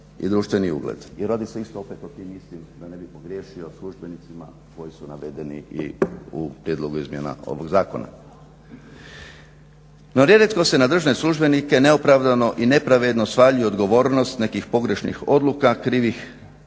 i društveni ugled. I radi se isto opet o tim istim da ne bih pogriješio službenicima koji su navedeni i u prijedlogu izmjena ovog Zakona. No nerijetko se na državne službenike neopravdano i nepravedno svaljuje odgovornost nekih pogrešnih odluka, krivih